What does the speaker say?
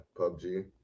PUBG